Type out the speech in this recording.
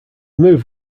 move